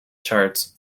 charts